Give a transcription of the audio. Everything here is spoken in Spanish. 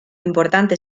importante